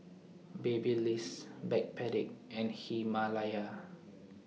Babyliss Backpedic and Himalaya